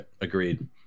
agreed